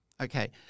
Okay